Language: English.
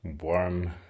warm